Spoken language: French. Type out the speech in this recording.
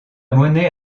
monnaie